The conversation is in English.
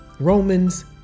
Romans